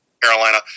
Carolina